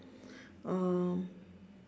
um